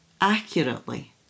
accurately